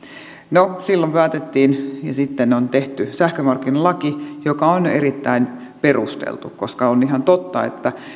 no silloin päätettiin ja sitten on tehty sähkömarkkinalaki joka on erittäin perusteltu koska on ihan totta että